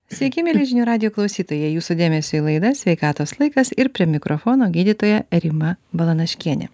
sveiki mieli žinių radijo klausytojai jūsų dėmesiui laida sveikatos laikas ir prie mikrofono gydytoja rima balanaškienė